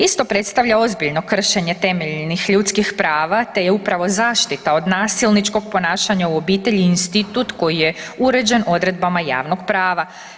Isto predstavlja ozbiljno kršenje temeljnih ljudskih prava te je upravo zaštita od nasilničkog ponašanja u obitelji institut koji je uređen odredbama javnog prava.